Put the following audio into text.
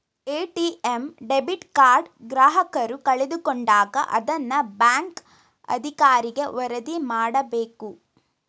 ATM debit card ಗ್ರಾಹಕರು ಕಳೆದುಕೊಂಡಾಗ ಅದನ್ನ ಬ್ಯಾಂಕ್ ಅಧಿಕಾರಿಗೆ ವರದಿ ಮಾಡಬೇಕು